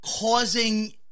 causing